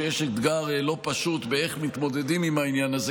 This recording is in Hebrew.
שיש אתגר לא פשוט באיך מתמודדים עם העניין הזה.